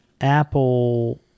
apple